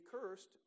cursed